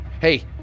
Hey